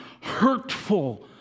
hurtful